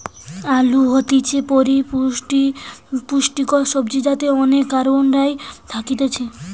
আলু হতিছে গটে পুষ্টিকর সবজি যাতে অনেক কার্বহাইড্রেট থাকতিছে